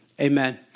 Amen